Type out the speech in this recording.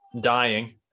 dying